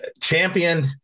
championed